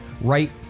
right